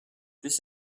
this